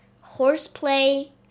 horseplay